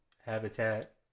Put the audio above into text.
habitat